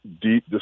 deep